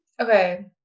okay